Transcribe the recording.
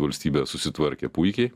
valstybė susitvarkė puikiai